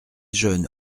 jeunes